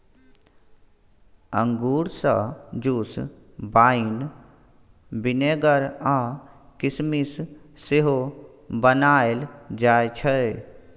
अंगुर सँ juice, wine, vinegar आ किसमिस सेहो बनाएल जाइ छै